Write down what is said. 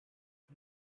you